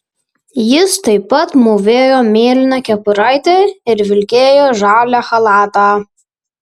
jis taip pat mūvėjo mėlyną kepuraitę ir vilkėjo žalią chalatą